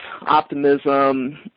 optimism